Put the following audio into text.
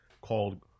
called